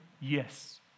yes